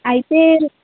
అయితే